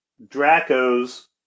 dracos